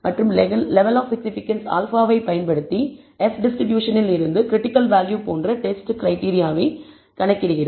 மற்றும் level of significance α வை நாம் பயன்படுத்தி F டிஸ்ட்ரிபியூஷன் இல் இருந்து கிரிட்டிக்கல் வேல்யூ போன்ற டெஸ்ட் கிரைடீரியாவை கணக்கிடுகிறோம்